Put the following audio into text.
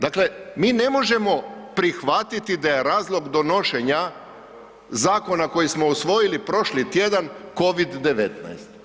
Dakle, mi ne možemo prihvatiti da je razlog donošenja zakona koji smo usvojili prošli tjedan, COVID 19.